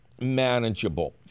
manageable